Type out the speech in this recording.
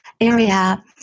area